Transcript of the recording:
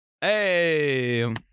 Hey